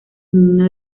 himno